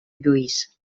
lluís